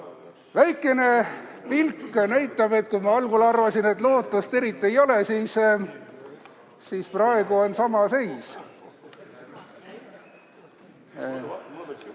Väikene pilt näitab, et – kui ma algul arvasin, et lootust eriti ei ole, siis praegu on seis